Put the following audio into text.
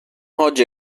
oggi